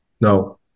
No